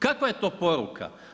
Kakva je to poruka?